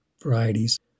varieties